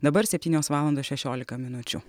dabar septynios valandos šešiolika minučių